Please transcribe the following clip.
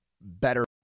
better